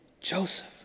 Joseph